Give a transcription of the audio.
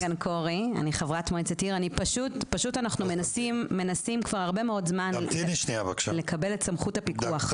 אנחנו מנסים הרבה מאוד זמן לקבל את סמכות הפיקוח.